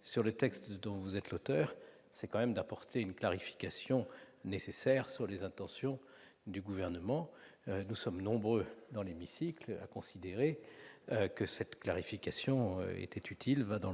sur le texte dont vous êtes l'auteur, chère Mireille Jouve, est d'apporter une clarification nécessaire sur les intentions du Gouvernement. Nous sommes nombreux dans l'hémicycle à considérer que cette clarification était utile et